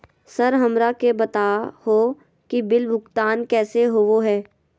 Sir हमरा के बता हो कि बिल भुगतान कैसे होबो है?